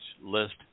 list